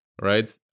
right